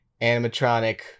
animatronic